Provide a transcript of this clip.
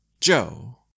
Joe